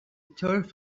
turf